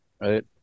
right